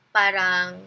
parang